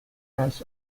airs